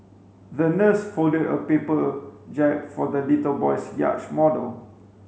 the nurse folded a paper jab for the little boy's yacht model